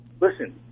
Listen